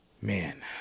Man